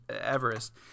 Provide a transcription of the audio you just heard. Everest